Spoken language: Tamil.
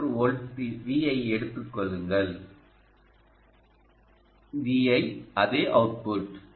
3 வோல்ட் Vi ஐ எடுத்துக் கொள்ளுங்கள் Vi அதே அவுட்புட்